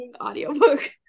audiobook